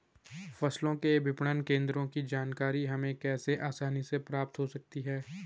फसलों के विपणन केंद्रों की जानकारी हमें कैसे आसानी से प्राप्त हो सकती?